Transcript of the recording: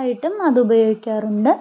ആയിട്ടും അത് ഉപയോഗിക്കാറുണ്ട്